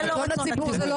רצון הציבור לא